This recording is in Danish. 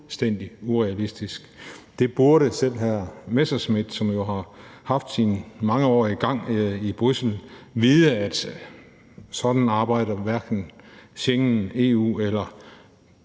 urealistisk. Selv hr. Morten Messerschmidt, som jo har haft sin mangeårige gang i Bruxelles, burde vide, at sådan arbejder hverken Schengen, EU eller